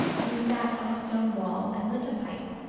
he sat on a stone wall and lit a pipe.